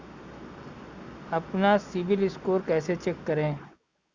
अपना CIBIL score कैसे check करें?